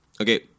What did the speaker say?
Okay